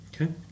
Okay